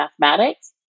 mathematics